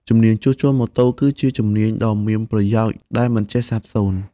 ជំនាញជួសជុលម៉ូតូគឺជាជំនាញដ៏មានប្រយោជន៍ដែលមិនចេះសាបសូន្យ។